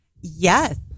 Yes